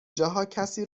جاها، کسی